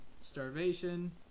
starvation